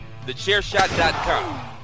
TheChairShot.com